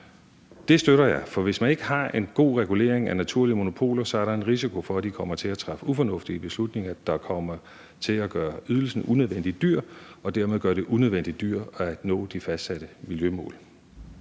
Det støtter jeg, for hvis man ikke har en god regulering af naturlige monopoler, er der en risiko for, at de kommer til at træffe ufornuftige beslutninger, der kommer til at gøre ydelsen unødvendig dyr, og som dermed gør det unødvendig dyrere at nå de fastsatte miljømål.